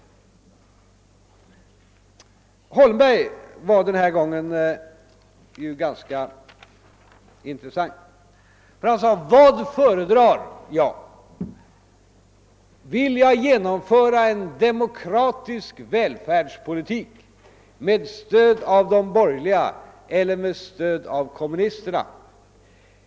Herr Holmberg var ju den här gången ganska intressant, ty han frågade vad jag föredrar, om jag vill genomföra en demokratisk välfärd med stöd av de borgerliga eller med stöd av kommunnisterna.